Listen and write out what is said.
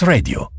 Radio